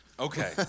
Okay